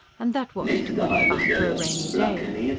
and that was, to put it by for a rainy day.